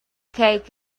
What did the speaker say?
cake